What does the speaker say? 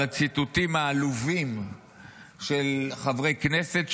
על הציטוטים העלובים של חברי כנסת.